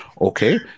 Okay